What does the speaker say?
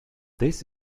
this